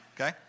okay